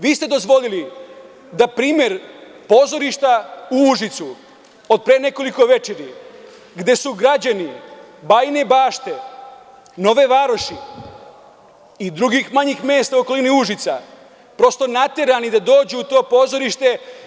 Vi ste dozvolili da primer pozorišta u Užicu, od pre nekoliko večeri, gde su građani Bajine Bašte, Nove Varoši i drugih manjih mesta u okolini Užica, prosto naterani da dođu u to pozorište.